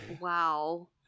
Wow